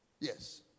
Yes